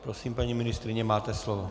Prosím, paní ministryně, máte slovo.